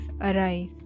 arise